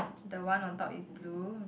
the one on top is blue